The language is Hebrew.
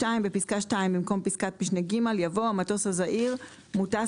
בפסקה (2) במקום פסקת משנה (ג) יבוא: "המטוס הזעיר מוטס